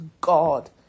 God